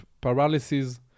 paralysis